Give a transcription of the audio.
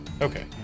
Okay